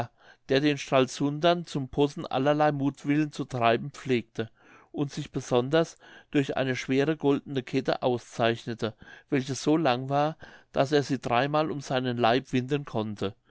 der den stralsundern zum possen allerlei muthwillen zu treiben pflegte und sich besonders durch eine schwere goldene kette auszeichnete welche so lang war daß er sie dreimal um seinen leib winden konnte